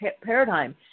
paradigm